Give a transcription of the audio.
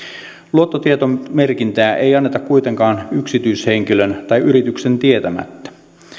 luottotietomerkintää ei anneta kuitenkaan yksityishenkilön tai yrityksen tietämättä